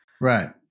right